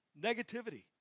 negativity